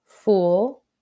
Fool